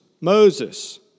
Moses